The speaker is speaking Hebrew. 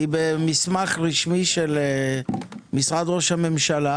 כי במסמך רשמי של משרד ראש הממשלה,